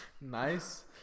Nice